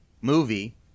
movie